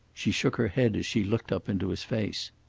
she shook her head as she looked up into his face.